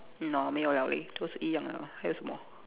!hannor! :没有了:mei you liao leh 都是一样啦还有什么